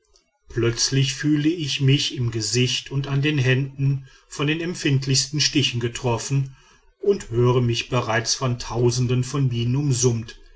plötzlich fühle ich mich im gesicht und an den händen von den empfindlichsten stichen getroffen und höre mich bereits von tausenden von bienen umsummt